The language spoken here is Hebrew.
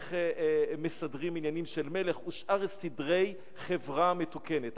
איך מסדרים עניינים של מלך ושאר סדרי חברה מתוקנת.